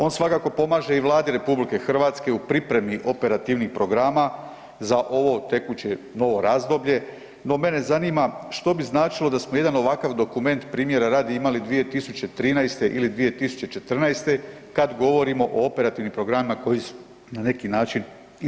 On svakako pomaže i Vladi RH u pripremi operativnih programa za ovo tekuće novo razdoblje no mene zanima što bi značilo da smo jedan ovakav dokument primjera radi imali 2013. ili 2014. kad govorimo o operativnim programima koji su na neki način iza nas.